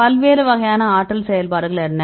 பல்வேறு வகையான ஆற்றல் செயல்பாடுகள் என்ன